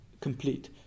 complete